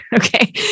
Okay